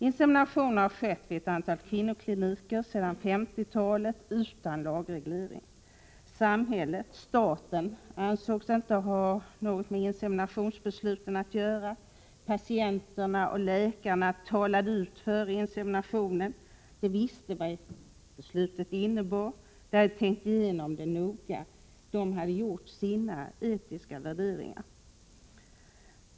Inseminationer har skett vid ett antal kvinnokliniker sedan 1950-talet, utan lagreglering. ”Samhället” — staten — ansågs inte ha något med inseminationsbesluten att göra. Patienter och läkare talade ut före inseminationen. De visste vad beslutet innebar. De hade tänkt igenom det noga. De hade gjort sina etiska värderingar.